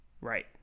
Right